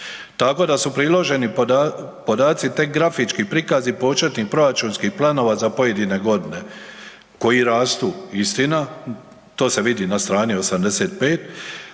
Tako da su priloženi podaci tek grafički prikazi početnih proračunskih planova za pojedine godine koji rastu istina, to se vidi na strani 85.,